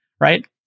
Right